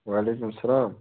وعلیکُم سَلام